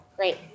Great